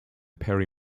perry